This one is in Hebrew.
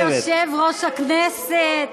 אדוני יושב-ראש הכנסת,